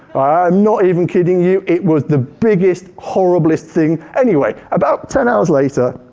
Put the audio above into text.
i am not even kidding you, it was the biggest, horriblest thing. anyway, about ten hours later,